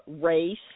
race